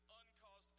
uncaused